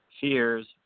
Fears